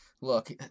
look